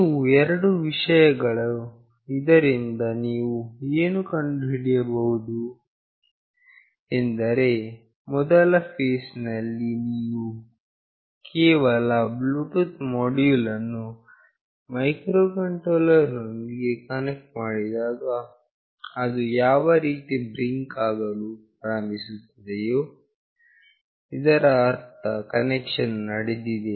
ಇವು ಎರಡು ವಿಷಯಗಳು ಇದರಿಂದ ನೀವು ಏನು ಕಂಡುಹಿಡಿಯಬಹುದು ಎಂದರೆ ಮೊದಲ ಫೇಸ್ ನಲ್ಲಿ ನೀವು ಕೇವಲ ಬ್ಲೂಟೂತ್ ಮೋಡ್ಯುಲ್ ಅನ್ನು ಮೈಕ್ರೋಕಂಟ್ರೋಲರ್ ನೊಂದಿಗೆ ಕನೆಕ್ಟ್ ಮಾಡಿದಾಗ ಅದು ಯಾವಾಗ ಬ್ಲಿಂಕ್ ಆಗಲು ಪ್ರಾರಂಭಿಸುತ್ತದೆಯೋ ಇದರ ಅರ್ಥ ಕನೆಕ್ಷನ್ ವು ನಡೆದಿದೆ